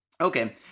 Okay